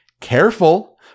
Careful